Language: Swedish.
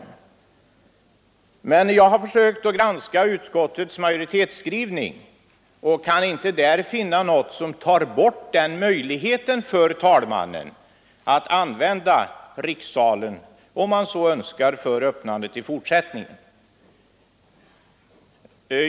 Men när jag har granskat utskottsmajoritetens skrivning har jag inte där kunnat finna något som tar bort möjligheten för talmannen att i fortsättningen använda rikssalen för öppnandet, om han så önskar.